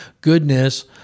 goodness